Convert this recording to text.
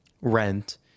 rent